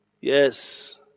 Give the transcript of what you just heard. Yes